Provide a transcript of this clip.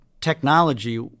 technology